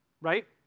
right